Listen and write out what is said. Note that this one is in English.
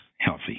healthy